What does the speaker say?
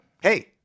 hey